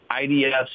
IDS